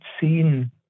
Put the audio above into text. seen